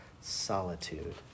solitude